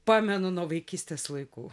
pamenu nuo vaikystės laikų